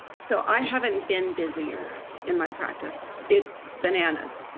so i haven't been busier in my practice. it's bananas.